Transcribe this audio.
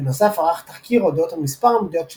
בנוסף ערך תחקיר אודות המספר המדויק של